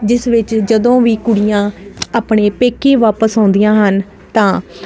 ਜਿਸ ਵਿੱਚ ਜਦੋਂ ਵੀ ਕੁੜੀਆਂ ਆਪਣੇ ਪੇਕੇ ਵਾਪਸ ਆਉਂਦੀਆਂ ਹਨ ਤਾਂ